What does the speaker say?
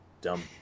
dumb